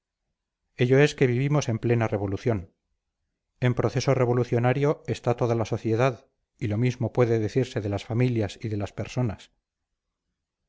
ello es que vivimos en plena revolución en proceso revolucionario está la sociedad y lo mismo puede decirse de las familias y de las personas